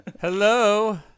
Hello